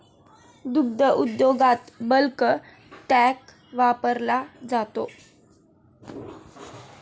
दुग्ध उद्योगात bulk tank वापरला जातो